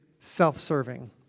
self-serving